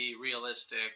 realistic